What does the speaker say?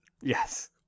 Yes